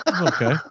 okay